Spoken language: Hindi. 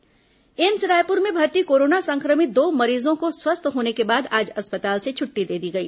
कोरोना मरीज छुट्टी एम्स रायपुर में भर्ती कोरोना संक्रमित दो मरीजों को स्वस्थ होने के बाद आज अस्पताल से छुट्टी दे दी गई